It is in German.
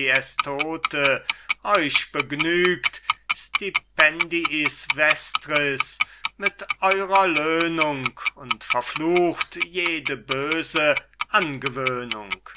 estote euch begnügt stipendiis vestris mit eurer löhnung und verflucht jede böse angewöhnung